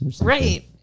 Right